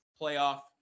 playoff